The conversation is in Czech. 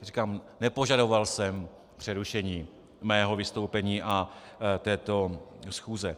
Říkám, nepožadoval jsem přerušení svého vystoupení a této schůze.